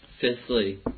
Fifthly